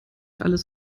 alles